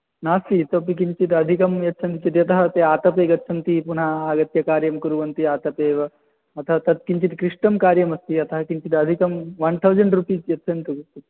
नास्ति इतोपि किञ्चित् अधिकं यच्छन्ति चेत् यतः ते आतपे गच्छन्ति पुनः आगत्य कार्यं कुर्वन्ति आतपे एव अतः तत् किञ्चित् क्लिष्टं कार्यमस्ति अतः किञ्चत् अधिकं ओन् थौसण्ड् रुपीस् यच्छन्तु